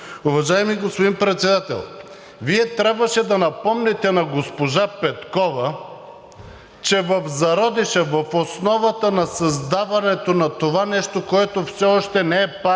Уважаеми господин Председател, Вие трябваше да напомните на госпожа Петкова, че в зародиша, в основата на създаването на това нещо, което все още не е партия,